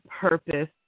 purpose